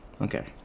Okay